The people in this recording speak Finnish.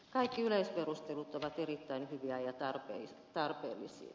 kaikki yleisperustelut ovat erittäin hyviä ja tarpeellisia